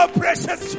precious